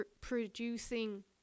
producing